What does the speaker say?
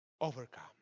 overcome